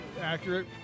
accurate